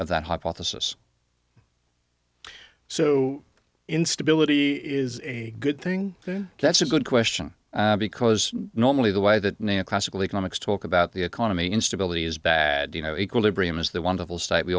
that hypothesis so instability is a good thing that's a good question because normally the way that neo classical economics talk about the economy instability is bad you know equilibrium is the wonderful state we